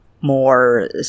more